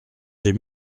des